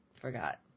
forgot